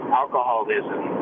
alcoholism